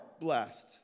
blessed